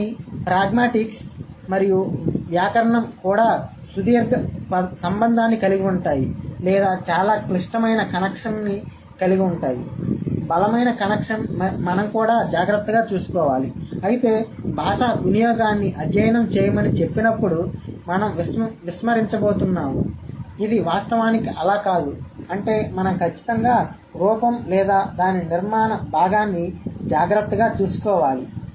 కానీ ప్రాగ్మాటిక్స్ మరియు వ్యాకరణం కూడా సుదీర్ఘ సంబంధాన్ని కలిగి ఉంటాయి లేదా చాలా క్లిష్టమైన కనెక్షన్ని కలిగి ఉంటాయి బలమైన కనెక్షన్ మనం కూడా జాగ్రత్తగా చూసుకోవాలి అయితే భాషా వినియోగాన్ని అధ్యయనం చేయమని చెప్పినప్పుడు మనం విస్మరించబోతున్నాము ఇదివాస్తవానికి అలా కాదు అంటే మనం ఖచ్చితంగా రూపం లేదా దాని నిర్మాణ భాగాన్ని జాగ్రత్తగా చూసుకోవాలి